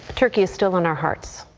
turkey is still in our hearts.